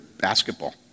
basketball